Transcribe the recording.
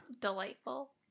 Delightful